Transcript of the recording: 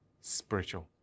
spiritual